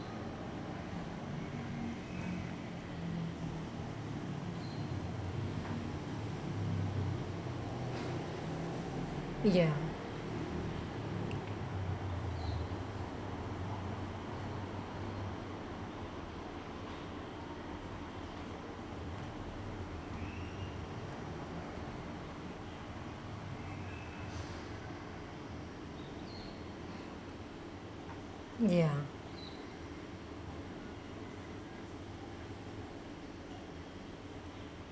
ya ya